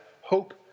hope